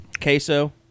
Queso